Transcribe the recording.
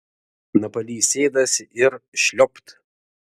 napalys sėdasi ir šliopt